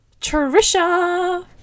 trisha